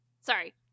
Sorry